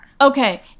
Okay